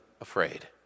afraid